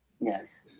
Yes